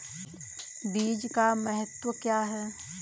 बीज का महत्व क्या है?